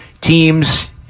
teams